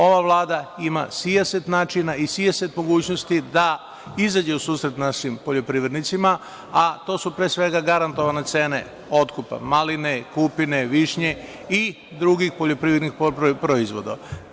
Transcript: Ova Vlada ima sijaset načina i sijasat mogućnosti da izađe u susret našim poljoprivrednicima, a to su pre svega, garantovane cene otkupa malina, kupina, višnje, i drugih poljoprivrednih proizvoda.